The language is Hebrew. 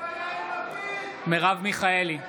מרב מיכאלי,